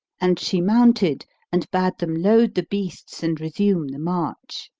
and she mounted and bade them load the beasts and resume the march.